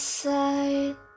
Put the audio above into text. side